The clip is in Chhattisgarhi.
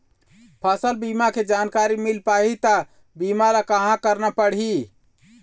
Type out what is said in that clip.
फसल बीमा के जानकारी मिल पाही ता बीमा ला कहां करना पढ़ी?